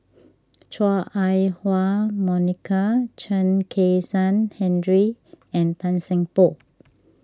Chua Ah Huwa Monica Chen Kezhan Henri and Tan Seng Poh